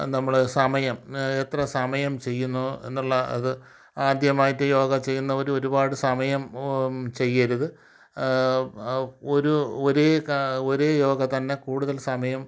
നമ്മൾ സമയം എത്ര സമയം ചെയ്യുന്നു എന്നുള്ള അത് ആദ്യമായിട്ട് യോഗ ചെയ്യുന്നവർ ഒരുവാട് സമയം ചെയ്യരുത് ഒരു ഒരേ ഒരേ യോഗം തന്നെ കൂടുതൽ സമയം